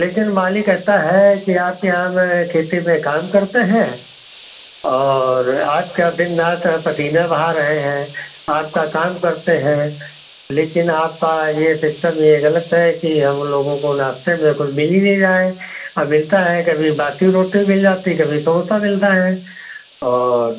लेकिन मालिक ऐसा है कि आपके यहाँ मैं खेती में काम करते हैं और आज सार दिन रात हम पसीना बहा रहे हैं आपका काम करते हैं लेकिन आपका ये सिस्टम ये गलत है कि हम लोगों को नाश्ते में कुछ मिल ही नहीं रहा है मिलता है कभी बासी रोटी मिल जाती है कभी समोसा मिलता है और